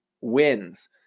wins